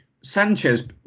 Sanchez